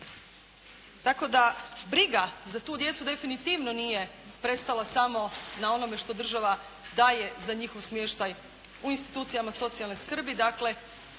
Tako da, briga za tu djecu definitivno nije prestala samo na onome što država daje za njihov smještaj u institucijama socijalne skrbi,